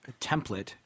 template